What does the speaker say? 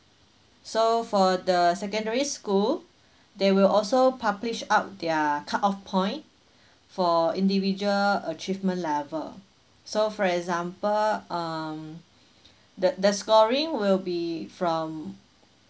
so for the secondary school they will also publish out their cut off point for individual achievement level so for example um the the scoring will be from